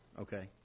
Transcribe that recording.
Okay